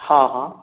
हँ हँ